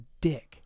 dick